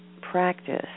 practice